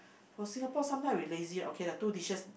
for Singapore sometimes we lazy okay lah two dishes